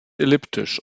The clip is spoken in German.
elliptisch